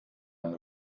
man